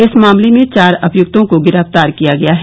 इस मामले में चार अभियूक्तों को गिरफतार किया गया है